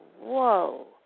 whoa